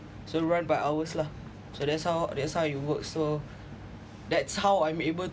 so run by hours lah so that's how that's how you work so that's how I'm able